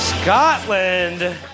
Scotland